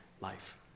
life